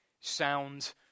sound